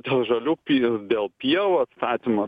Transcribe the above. dėl žalių pir dėl pievų atstatymo